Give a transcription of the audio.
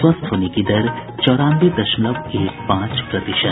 स्वस्थ होने की दर चौरानवे दशमलव एक पांच प्रतिशत